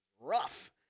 rough